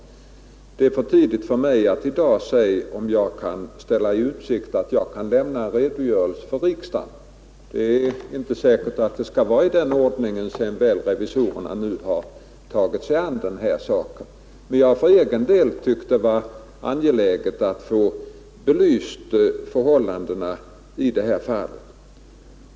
Det är för tidigt för mig att i dag säga om jag kan ställa i utsikt att lämna en redogörelse till riksdagen. Det är inte säkert att det skall ske i den ordningen, sedan revisorerna nu tagit sig an saken. Men jag har för egen del ansett det vara angeläget att få förhållandena belysta.